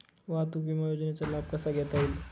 वाहतूक विमा योजनेचा लाभ कसा घेता येईल?